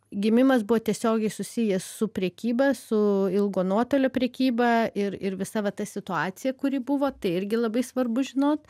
gimimas buvo tiesiogiai susijęs su prekyba su ilgo nuotolio prekyba ir ir visa va ta situacija kuri buvo tai irgi labai svarbu žinot